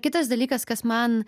kitas dalykas kas man